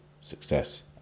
success